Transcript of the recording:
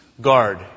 Guard